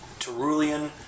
Terulian